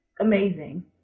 amazing